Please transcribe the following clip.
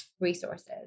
resources